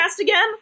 again